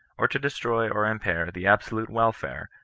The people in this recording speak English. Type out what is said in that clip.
or to destroy or impair the absolute nvelfare,